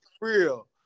Real